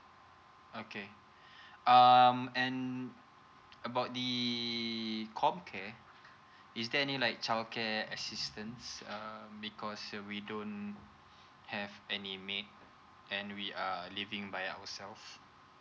okay um and about the comcare is there any like childcare assistance uh because we don't have any maid and we are living by ourselves